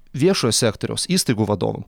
viešojo sektoriaus įstaigų vadovam